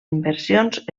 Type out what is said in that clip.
inversions